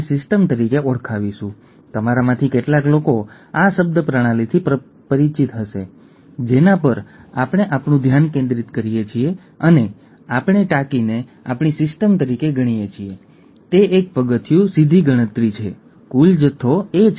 એકવીસ રંગસૂત્રમાં ત્રણ હોય છે ત્યાં ત્રણ નંબર એકવીસ રંગસૂત્રો છે